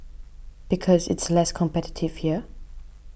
because it's less competitive here